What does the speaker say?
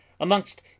amongst